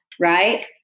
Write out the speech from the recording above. right